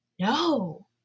No